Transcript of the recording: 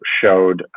showed